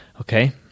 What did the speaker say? okay